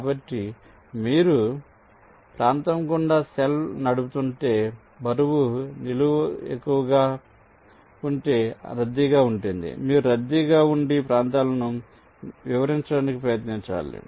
కాబట్టి మీరు ప్రాంతం గుండా నెట్ నడుపుతుంటే బరువు విలువ ఎక్కువగా ఉంటే రద్దీగా ఉంటుంది మీరు రద్దీగా ఉండే ప్రాంతాలను నివారించడానికి ప్రయత్నించాలి